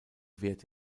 wert